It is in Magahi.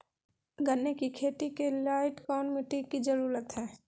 गन्ने की खेती के लाइट कौन मिट्टी की जरूरत है?